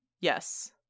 Yes